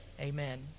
Amen